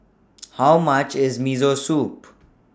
How much IS Miso Soup